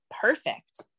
perfect